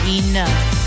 enough